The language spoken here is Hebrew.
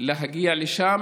להגיע לשם